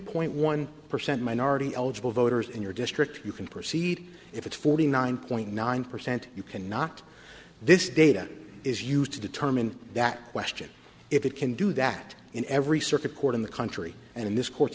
point one percent minority eligible voters in your district you can proceed if it's forty nine point nine percent you cannot this data is used to determine that question if it can do that in every circuit court in the country and in this cour